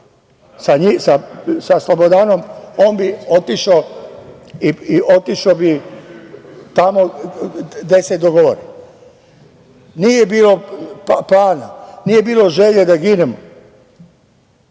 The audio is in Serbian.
sa Slobodanom, on bi otišao tamo gde se dogovori. Nije bilo plana, nije bilo želje da ginemo,